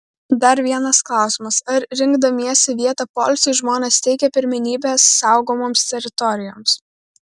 dar vienas klausimas ar rinkdamiesi vietą poilsiui žmonės teikia pirmenybę saugomoms teritorijoms